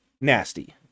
nasty